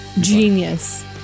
Genius